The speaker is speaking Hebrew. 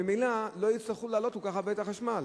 ממילא לא יצטרכו להעלות כל כך הרבה את מחיר החשמל.